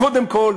קודם כול,